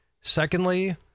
Secondly